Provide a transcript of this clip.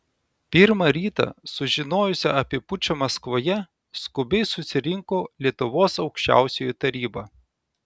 pirmą rytą sužinojusi apie pučą maskvoje skubiai susirinko lietuvos aukščiausioji taryba